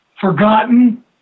forgotten